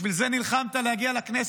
בשביל זה נלחמת להגיע לכנסת,